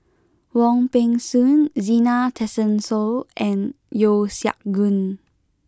Wong Peng Soon Zena Tessensohn and Yeo Siak Goon